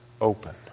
open